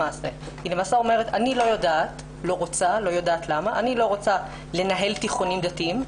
היא אומרת אני לא רוצה לא יודעת למה לנהל תיכונים דתיים,